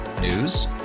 News